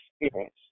experience